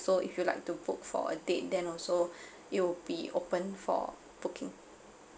so if you'd like to book for a date then also it will be open for booking